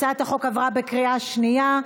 הצעת החוק עברה בקריאה שנייה.